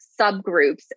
subgroups